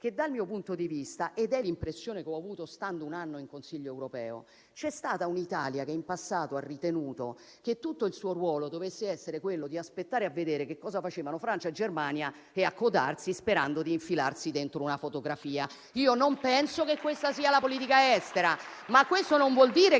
che, dal mio punto di vista (è l'impressione che ho avuto stando un anno in Consiglio europeo), c'è stata un'Italia che in passato ha ritenuto che tutto il suo ruolo dovesse essere quello di aspettare e di vedere che cosa facevano Francia e Germania, per poi accodarsi sperando di infilarsi dentro una fotografia. Io non penso che questa sia la politica estera; ma questo non vuol dire che